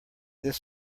this